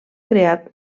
creat